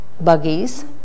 buggies